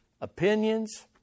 opinions